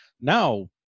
now